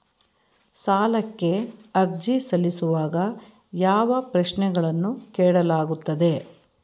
ಸಾಲಕ್ಕೆ ಅರ್ಜಿ ಸಲ್ಲಿಸುವಾಗ ಯಾವ ಪ್ರಶ್ನೆಗಳನ್ನು ಕೇಳಲಾಗುತ್ತದೆ?